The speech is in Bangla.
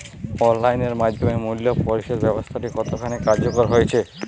অনলাইন এর মাধ্যমে মূল্য পরিশোধ ব্যাবস্থাটি কতখানি কার্যকর হয়েচে?